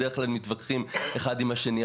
בדרך כלל מתווכחים אחד עם השני,